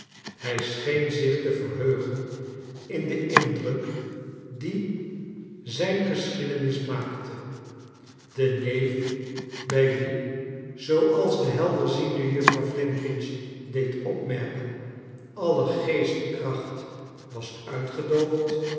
liij scheen zich te verheugen in den indruk dien zijn igeschiedenis jmaakte de neef bij wien zooals de helderziende juffrouw flintwinch deed opmerken alle geestkracht was uitgedoofd